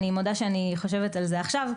אני מודה שאני חושבת על זה עכשיו,